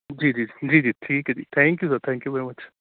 ਜੀ ਜੀ ਜੀ ਜੀ ਠੀਕ ਹੈ ਜੀ thank you sir thank you very much